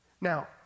Now